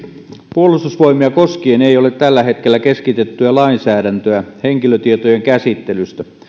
puolustusvoimia koskien ei ole tällä hetkellä keskitettyä lainsäädäntöä henkilötietojen käsittelystä